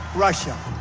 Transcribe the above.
russia.